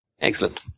Excellent